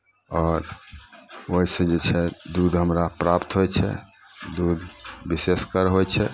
आओर ओहिसँ जे छै दूध हमरा प्राप्त होइ छै दूध विशेषकर होइ छै